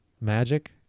Magic